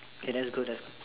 okay that's good that's